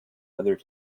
other